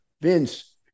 Vince